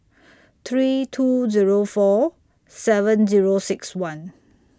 three two Zero four seven Zero six one